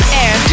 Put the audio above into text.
air